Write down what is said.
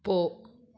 போ